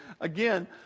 again